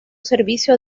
servicio